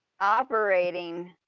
operating